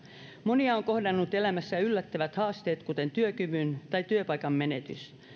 monia ovat kohdanneet elämässä yllättävät haasteet kuten työkyvyn tai työpaikan menetys